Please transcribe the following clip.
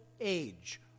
age